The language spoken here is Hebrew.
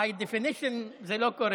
לא,